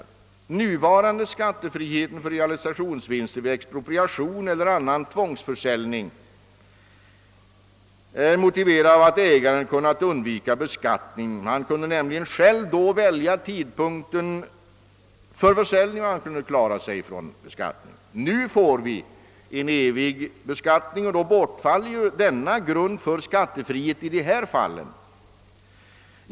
Den nuvarande skattefriheten för realisationsvinster vid expropriation vid annan tvångsförsäljning är motiverad av att ägaren kunnat undvika beskattning. Han kunde nämligen själv då välja tidpunkten för försäljning och kunde därigenom klara sig från beskattning. Nu får vi en evig beskattning, och då bortfaller denna grund för skattefrihet i dessa fall.